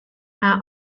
are